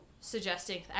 suggesting